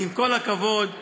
עם כל הכבוד וההערכה,